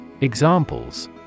Examples